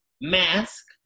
mask